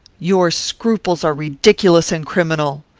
your scruples are ridiculous and criminal.